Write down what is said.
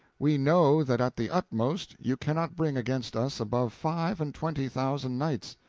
we know that at the utmost you cannot bring against us above five and twenty thousand knights.